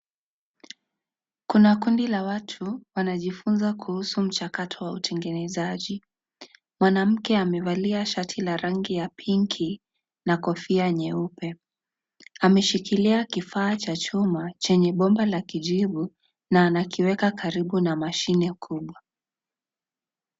Kuna kundi la watu wanajifunza kuhusu mchakato wa utengenezaji. Mwanamke amevalia shati la rangi ya pinki na kofia nyeupe. Ameshikilia kifaa cha chuma chenye bomba la kijivu na anakiweka karibu na mashine kubwa.